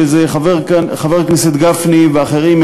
שזה חבר הכנסת גפני ואחרים,